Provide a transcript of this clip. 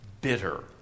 bitter